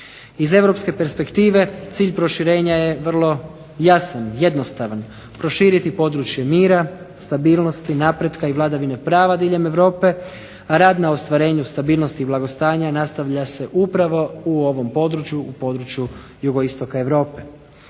Iz Europske perspektive cilj proširenja je vrlo jasan, jednostavan, proširiti područje mira, stabilnosti, napretka i vladavine prava diljem Europe, rad na ostvarenju stabilnosti i blagostanja i nastavlja se upravo u ovom području u području jugoistoka Europe.